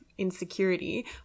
insecurity